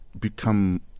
become